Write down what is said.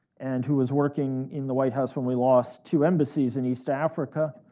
and who was working in the white house when we lost two embassies in east africa,